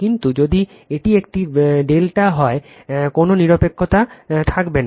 কিন্তু যদি এটি একটি ∆ হয় কোন নিরপেক্ষ থাকবে না